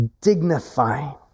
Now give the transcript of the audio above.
dignifying